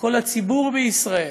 לכל הציבור בישראל,